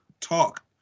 talk